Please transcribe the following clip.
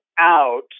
out